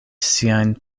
siajn